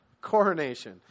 coronation